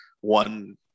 One